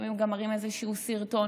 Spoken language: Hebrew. ולפעמים גם מראים איזשהו סרטון,